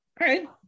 right